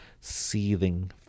seething